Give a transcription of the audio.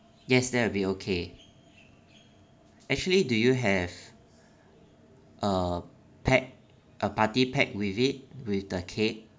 yes that'll be okay actually do you have a pack a party pack with it with the cake